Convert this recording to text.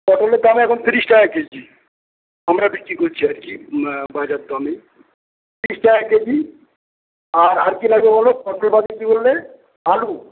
পটলের দাম এখন তিরিশ টাকা কেজি আমরা বিক্রি করছি আর কি বাজার দামেই তিরিশ টাকা কেজি আর আর কী লাগবে বলো পটল আর কী বললে আলু